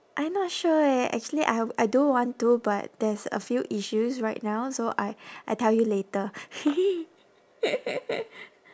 I not sure eh actually I I do want to but there's a few issues right now so I I tell you later